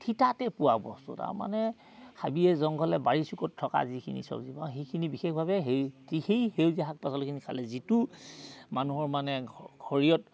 থিতাতে পোৱা বস্তু তাৰমানে হাবিয়ে জংঘলে বাৰী চুকত থকা যিখিনি চব্জি পাওঁ সেইখিনি বিশেষভাৱে সেই সেই সেউজীয়া শাক পাচলিখিনি খালে যিটো মানুহৰ মানে শৰীৰত